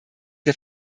der